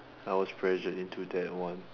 I was pressured into that one